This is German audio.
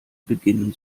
beginnen